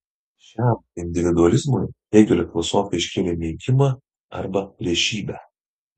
šiam individualizmui hėgelio filosofija iškėlė neigimą arba priešybę